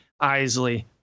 Isley